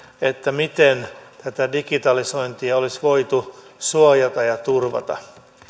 miten tätä digitalisointia olisi voitu suojata ja turvata